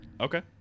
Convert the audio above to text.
Okay